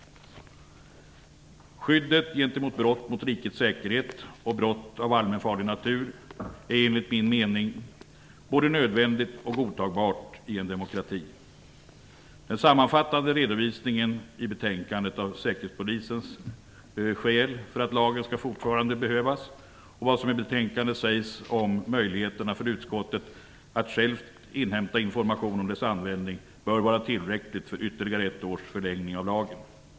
Skyddet gentemot brott mot rikets säkerhet och brott av allmänfarlig natur är enligt min mening både nödvändigt och godtagbart i en demokrati. Den sammanfattande redovisningen i betänkandet av Säkerhetspolisens skäl för att lagen fortfarande behövs och vad som i betänkandet sägs om möjligheterna för utskottet att självt inhämta information om dess användning bör vara tillräckligt för ytterligare ett års förlängning av lagen.